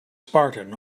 spartan